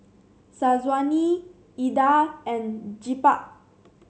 Syazwani Indah and Jebat